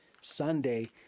Sunday